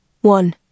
One